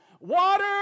water